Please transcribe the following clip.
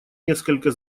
несколько